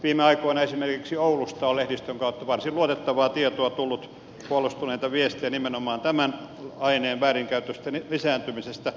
viime aikoina esimerkiksi oulusta on lehdistön kautta varsin luotettavaa tietoa tullut huolestuneita viestejä nimenomaan tämän aineen väärinkäytösten lisääntymisestä